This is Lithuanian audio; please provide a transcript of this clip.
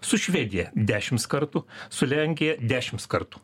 su švedija dešims kartų su lenkija dešims kartų